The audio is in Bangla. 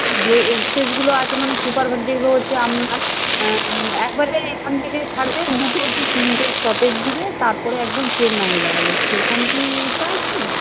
যে এক্সপ্রেসগুলো আছে মানে সুপার যেগুলো হচ্ছে আপনার একবারে এখান থেকে ছাড়বে দুটো কি তিনটে স্টপেজ দেবে তার পরে একদম চেন্নাইয়ে দাঁড়াবে সেরকম কি চাইছেন